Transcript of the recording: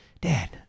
Dad